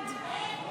50